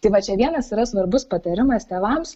tai va čia vienas yra svarbus patarimas tėvams